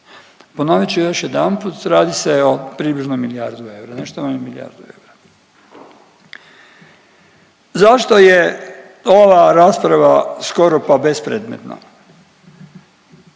Ponovit ću još jedanput, radi se o približno milijardu eura, nešto manje od milijardu eura. Zašto je ova rasprava skoro pa bespredmetna?